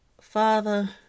Father